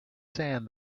sand